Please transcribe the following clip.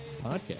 podcast